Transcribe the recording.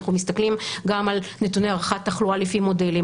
אנחנו מסתכלים גם על נתוני הערכת תחלואה לפי מודלים,